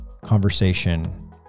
conversation